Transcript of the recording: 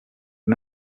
was